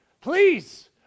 Please